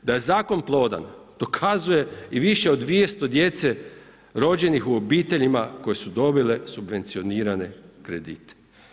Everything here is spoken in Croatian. Da je zakon plodan dokazuje i više od 200 djece rođenih u obiteljima koje su subvencionirane kredite.